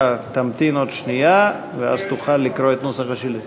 אתה תמתין עוד שנייה ואז תוכל לקרוא את נוסח השאילתה.